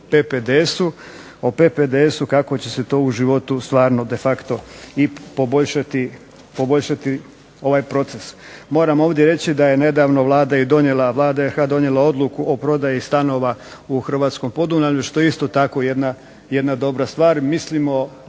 Zakona o PPDS-u kako će se to u životu stvarno de facto i poboljšati ovaj proces. Moram ovdje reći da je nedavno Vlada i donijela, Vlada RH donijela odluku o prodaji stanova u hrvatskom Podunavlju što je isto tako jedna dobra stvar. Mislimo